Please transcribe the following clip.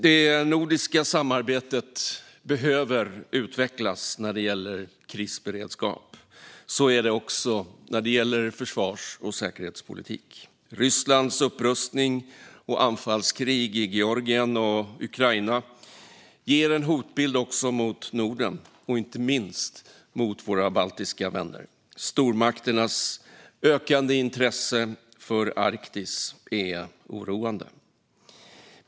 Det nordiska samarbetet behöver utvecklas när det gäller krisberedskap. Så är det också när det gäller försvars och säkerhetspolitik. Rysslands upprustning och anfallskrig i Georgien och Ukraina ger en hotbild också mot Norden och inte minst mot våra baltiska vänner. Stormakternas ökande intresse för Arktis är oroande.